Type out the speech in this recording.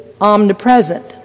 omnipresent